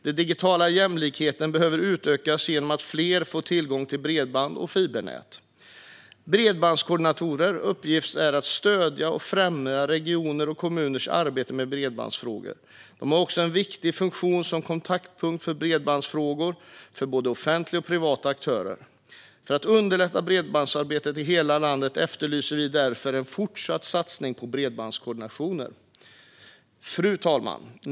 Den digitala jämlikheten behöver utökas genom att fler får tillgång till bredband och fibernät. Bredbandskoordinatorernas uppgift är att stödja och främja regioners och kommuners arbete med bredbandsfrågor. De har också en viktig funktion som kontaktpunkter i bredbandsfrågor för både offentliga och privata aktörer. För att underlätta bredbandsarbetet i hela landet efterlyser vi därför en fortsatt satsning på bredbandskoordinatorer. Fru talman!